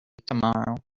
tomorrow